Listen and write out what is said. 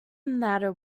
matter